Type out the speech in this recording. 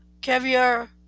Caviar